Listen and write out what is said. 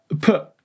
put